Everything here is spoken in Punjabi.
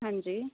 ਹਾਂਜੀ